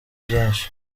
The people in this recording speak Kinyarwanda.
byinshi